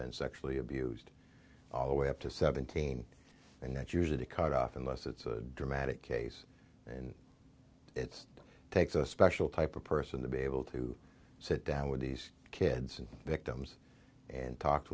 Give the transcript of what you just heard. been sexually abused all the way up to seventeen and that's used to cut off unless it's a dramatic case and it's takes a special type of person to be able to sit down with these kids and victims and talk